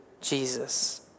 Jesus